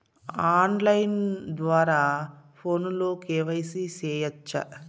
on line ద్వారా ఫోనులో KYC సేయొచ్చా